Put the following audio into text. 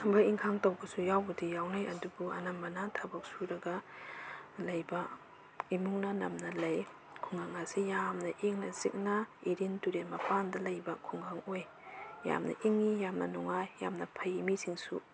ꯊꯕꯛ ꯏꯟꯈꯥꯡ ꯇꯧꯕꯁꯨ ꯌꯥꯎꯕꯨꯗꯤ ꯌꯥꯎꯅꯩ ꯑꯗꯨꯕꯨ ꯑꯅꯝꯕꯅ ꯊꯕꯛ ꯁꯨꯔꯒ ꯂꯩꯕ ꯏꯃꯨꯡꯅ ꯅꯝꯅ ꯂꯩ ꯈꯨꯡꯒꯪ ꯑꯁꯤ ꯌꯥꯝꯅ ꯏꯪꯅ ꯆꯤꯛꯅ ꯏꯔꯤꯟ ꯇꯨꯔꯦꯟ ꯃꯄꯥꯟꯗ ꯂꯩꯕ ꯈꯨꯡꯒꯪ ꯑꯣꯏ ꯌꯥꯝꯅ ꯏꯪꯏ ꯌꯥꯝꯅ ꯅꯨꯡꯉꯥꯏ ꯌꯥꯝꯅ ꯐꯩ ꯃꯤꯁꯤꯡꯁꯨ